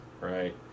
right